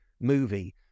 movie